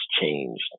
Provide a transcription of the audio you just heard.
changed